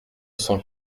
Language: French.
cent